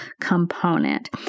component